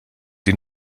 sie